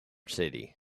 city